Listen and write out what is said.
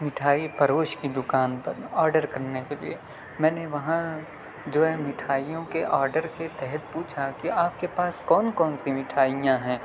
مٹھائی فروش کی دکان پر میں آڈر کرنے کے لیے میں نے وہاں جو ہے مٹھائیوں کے آڈر کے تحت پوچھا کہ آپ کے پاس کون کون سی مٹھائیاں ہیں